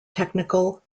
technical